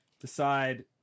decide